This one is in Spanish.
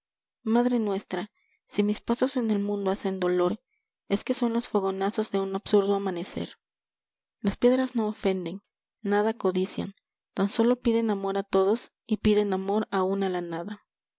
madre nuestra si mis pasos en el mundo hacen doler es que son los fogonazos de un absurdo amanecer las piedras no ofenden nada codician tan sólo piden amor a todos y piden amor aun a la nada